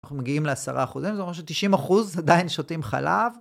אנחנו מגיעים לעשרה אחוזים, זה אומר ש-90% עדיין שותים חלב.